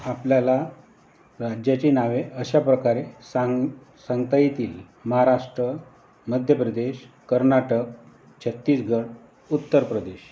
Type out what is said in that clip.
आपल्याला राज्याची नावे अशा प्रकारे सांग सांगता येतील महाराष्ट्र मध्य प्रदेश कर्नाटक छत्तीसगड उत्तर प्रदेश